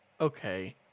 okay